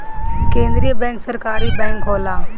केंद्रीय बैंक सरकारी बैंक होला